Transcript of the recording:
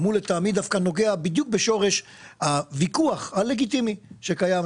אני נוגע בדיוק בשורש הוויכוח הלגיטימי שקיים.